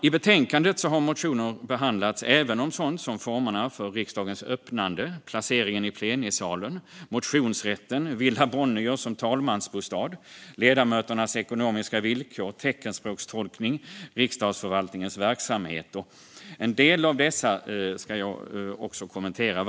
I betänkandet har motioner om även sådant som formerna för riksdagens öppnande, placeringen i plenisalen, motionsrätten, Villa Bonnier som talmansbostad, ledamöternas ekonomiska villkor, teckenspråkstolkning och Riksdagsförvaltningens verksamhet behandlats. En del av dessa ska jag kommentera.